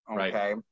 Okay